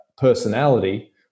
personality